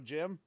Jim